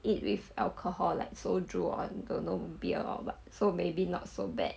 eat with alcohol like soju or don't know beer or what so maybe not so bad